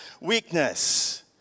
weakness